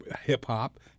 hip-hop